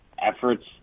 efforts